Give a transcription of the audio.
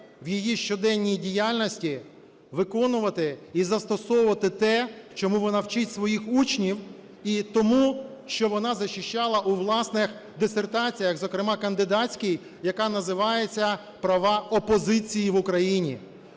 в її щоденній діяльності виконувати і застосовувати те, чому вона вчить своїх учнів, і тому, що вона захищала у власних дисертаціях, зокрема кандидатській, яка називається "Права опозиції в Україні".